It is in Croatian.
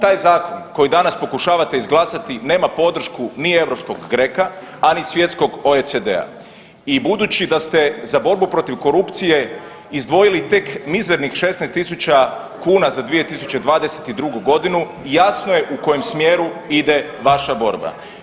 Taj zakon koji danas pokušavate izglasati nema podršku ni europskog GRECO-a a ni svjetskog OECD-a i budući ste da ste za borbu protiv korupcije izdvoji tek mizernih 16 000 kuna za 2022. godinu, jasno je u kojem smjeru ide vaša borba.